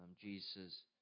Jesus